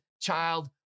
child